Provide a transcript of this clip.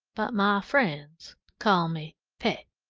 but ma friends call me pet.